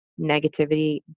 negativity